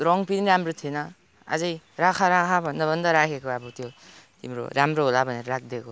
रङ पनि राम्रो थिएन अझै राख राख भन्दा भन्दा राखेको अब त्यो तिम्रो राम्रो होला भनेर राखिदिएको